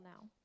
now